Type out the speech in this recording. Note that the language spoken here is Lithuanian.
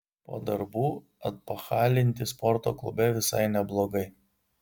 po darbų atpachalinti sporto klube visai neblogai